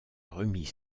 remis